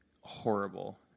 horrible